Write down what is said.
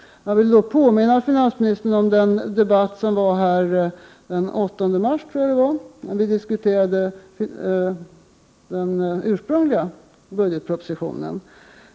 Jag vill dock påminna finansministern om den debatt som ägde rum här den 8 mars. Vi diskuterade då den ursprungliga budgetpropositionen.